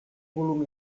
volum